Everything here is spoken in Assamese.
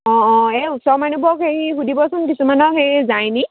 অঁ অঁ এই ওচৰৰ মানুহবোৰক হেৰি সুধিবচোন কিছুমানক হেৰি যায় নেকি